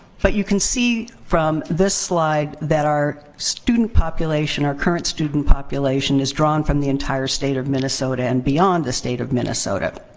but you can see from this slide that our student population, our current student population, is drawn from the entire state of minnesota and beyond the state of minnesota.